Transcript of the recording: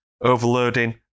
overloading